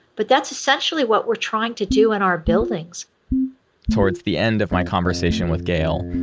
but that's essentially what we're trying to do in our buildings towards the end of my conversation with gail,